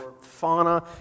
fauna